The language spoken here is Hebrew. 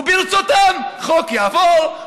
וברצותם החוק יעבור,